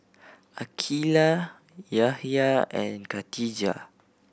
Aqeelah Yahya and Khatijah